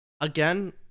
Again